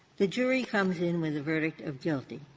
the jury comes in with a verdict of guilty.